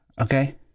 Okay